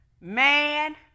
man